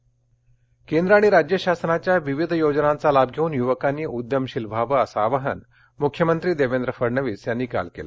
औरंगाबाद केंद्र आणि राज्य शासनाच्या विविध योजनांचा लाभ घेऊन युवकांनी उद्यमशील व्हावं असं आवाहन मुख्यमंत्री देवेंद्र फडणवीस यांनी काल केलं